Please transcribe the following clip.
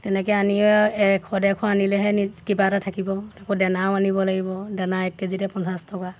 তেনেকৈ আনিয়ে এশ ডেৰশ আনিলেহে নি কিবা এটা থাকিব আকৌ দানাও আনিব লাগিব দানা এক কেজিতে পঞ্চাছ টকা